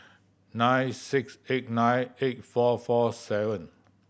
nine six eight nine eight four four seven